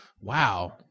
Wow